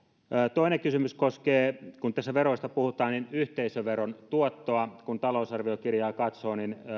toinen kysymys koskee kun tässä veroista puhutaan yhteisöveron tuottoa kun talousarviokirjaa katsoo niin